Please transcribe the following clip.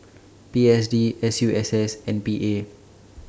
P S D S U S S and P A